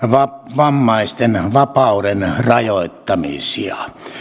vammaisten vapauden rajoittamisia